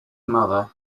mother